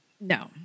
No